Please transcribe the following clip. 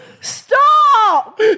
Stop